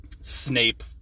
Snape